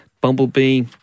Bumblebee